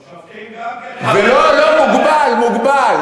אבל שופטים גם כן, לא, לא, מוגבל, מוגבל.